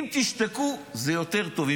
אם תשתקו, יותר טוב.